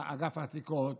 אגף העתיקות,